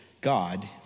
God